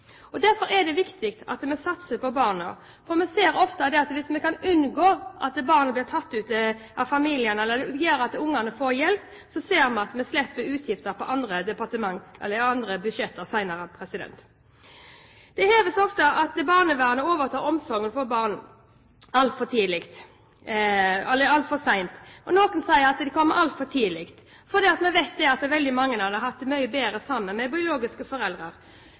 Derfor er det viktig at vi satser på barna. Vi ser ofte at hvis vi kan unngå at barn blir tatt ut av familien, eller lar ungene få hjelp, slipper vi utgifter i andre departement, andre budsjetter, senere. Det hevdes ofte at barnevernet overtar omsorgen for barn altfor sent. Noen sier at de kommer altfor tidlig. Vi vet at veldig mange hadde hatt det mye bedre sammen med de biologiske